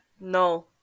no